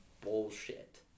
bullshit